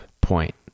point